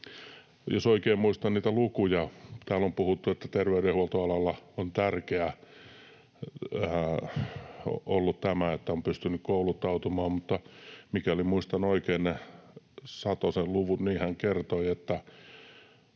Jos oikein muistan niitä lukuja... Täällä on puhuttu, että terveydenhuoltoalalla on tärkeää ollut tämä, että on pystynyt kouluttautumaan, mutta mikäli muistan oikein ne Satosen luvut, niin hän kertoi, että